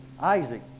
Isaac